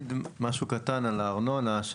משהו קטן על הארנונה.